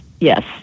yes